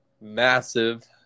massive